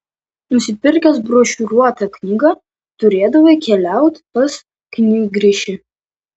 nusipirkęs brošiūruotą knygą turėdavai keliaut pas knygrišį